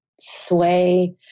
sway